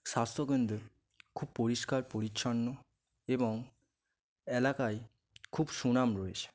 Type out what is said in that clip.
স্বাস্থ্যকেন্দ্র খুব পরিষ্কার পরিচ্ছন্ন এবং এলাকায় খুব সুনাম রয়েছে